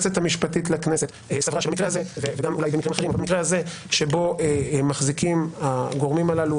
הכנסת סברה שבמקרה הזה שבו מחזיקים הגורמים הללו